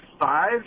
five